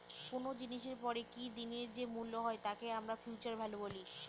কোনো জিনিসের পরে কি দিনের যে মূল্য হয় তাকে আমরা ফিউচার ভ্যালু বলি